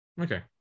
Okay